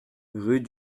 rue